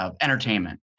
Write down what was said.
entertainment